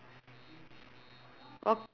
what